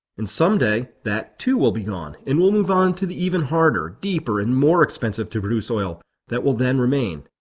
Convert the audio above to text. and someday that too will be gone and we'll move on to the even harder, deeper and more expensive to produce oil that will then remain.